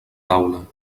taula